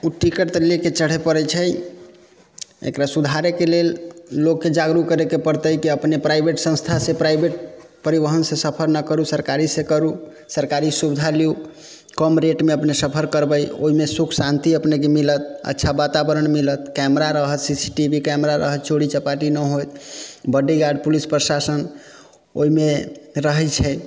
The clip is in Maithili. उ टिकट तऽ लेके चढ़ऽ पड़ै छै एकरा सुधारैके लेल लोक कऽ जागरूक करैके पड़तै कि अपने प्राइवेट संस्थासँ प्राइवेट परिवहनसँ सफर नहि करू सरकारीसँ करू सरकारी सुविधा लिअ कम रेटमे अपने सफर करबै ओइमे सुख शान्ति अपनेके मिलत अच्छा वातावरण मिलत camera C C T V camera रहत चोरी चपाटी नहि होयत बॉडीगार्ड पुलिस प्रशासन ओइमे रहै छै